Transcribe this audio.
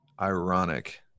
ironic